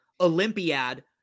Olympiad